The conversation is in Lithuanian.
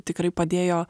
tikrai padėjo